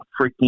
freaking